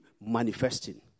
manifesting